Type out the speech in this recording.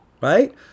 Right